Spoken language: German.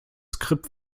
skript